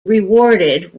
rewarded